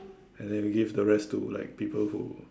and then gives the rest to like people who